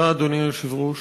אדוני היושב-ראש,